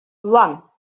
one